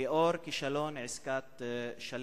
בגלל הכישלון של עסקת שליט,